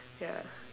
ya